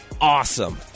awesome